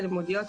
הלימודיות,